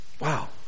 Wow